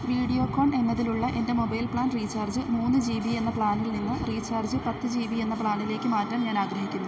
Videocon എന്നതിലുള്ള എൻ്റെ mobile plan recharge മൂന്ന് ജി ബി എന്ന പ്ലാനിൽ നിന്ന് റീചാർജ് പത്ത് ജി ബി എന്ന പ്ലാനിലേക്ക് മാറ്റാൻ ഞാനാഗ്രഹിക്കുന്നു